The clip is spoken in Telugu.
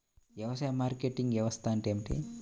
వ్యవసాయ మార్కెటింగ్ వ్యవస్థ అంటే ఏమిటి?